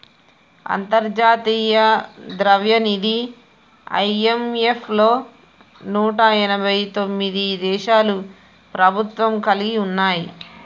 అంతర్జాతీయ ద్రవ్యనిధి ఐ.ఎం.ఎఫ్ లో నూట ఎనభై తొమ్మిది దేశాలు సభ్యత్వం కలిగి ఉన్నాయి